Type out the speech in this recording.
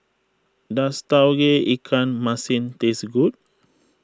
does Tauge Ikan Masin taste good